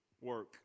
Work